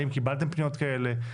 האם קיבלתם פניות כאלה,